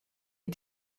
est